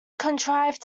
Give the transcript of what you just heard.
contrive